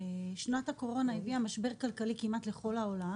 שנת הקורונה הביאה משבר כלכלי כמעט לכל העולם,